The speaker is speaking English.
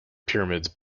pyramids